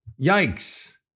Yikes